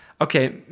okay